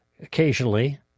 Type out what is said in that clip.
Occasionally